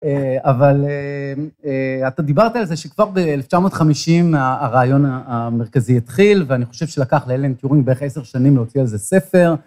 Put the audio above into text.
אבל אתה דיברת על זה שכבר ב-1950 הרעיון המרכזי התחיל, ואני חושב שלקח לאלן טיורינג בערך עשר שנים להוציא על זה ספר.